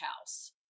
house